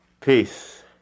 Peace